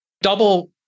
double